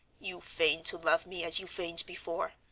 you feign to love me as you feigned before,